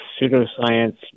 pseudoscience